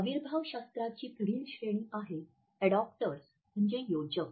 अविर्भावशास्त्राची पुढील श्रेणी आहे अॅडॉप्टर्स म्हणजे योजक